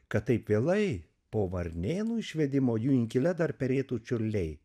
kad taip vėlai po varnėnų išvedimo jų inkile dar perėtų čiurliai